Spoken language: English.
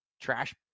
trash